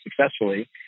successfully